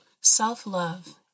self-love